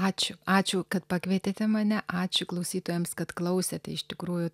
ačiū ačiū kad pakvietėte mane ačiū klausytojams kad klausėte iš tikrųjų